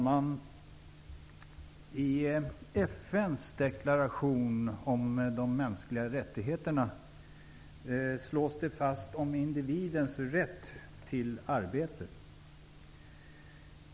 Herr talman! I FN:s deklaration om de mänskliga rättigheterna slås individens rätt till arbete fast.